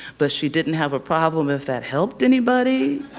but she didn't have a problem if that helped anybody.